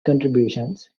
contributions